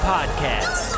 Podcast